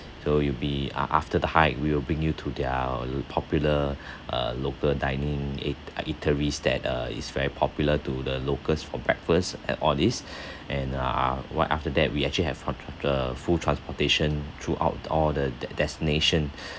so you'll be ah after the hike we will bring you to their lo~ popular uh local dining eat ah eateries that uh is very popular to the locals for breakfast and all this and uh ah what after that we actually have tra~ the full transportation throughout all the de~ destination